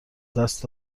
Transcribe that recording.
دست